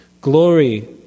Glory